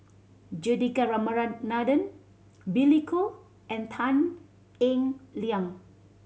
Juthika Ramanathan Billy Koh and Tan Eng Liang